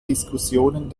diskussionen